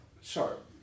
sharp